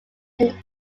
can